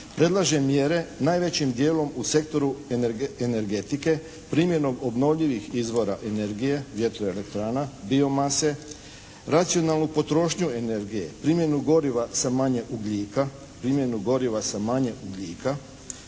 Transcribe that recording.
predlaže mjere najvećim dijelom u sektoru energetike primjenom obnovljivih izvora energije, vjetro-elektrana, bio-mase, racionalnu potrošnju energije, primjenu goriva sa manje ugljika,